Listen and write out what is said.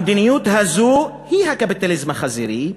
המדיניות הזאת היא הקפיטליזם החזירי,